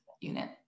unit